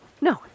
no